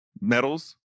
medals